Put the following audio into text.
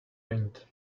wind